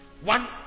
One